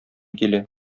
килә